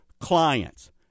clients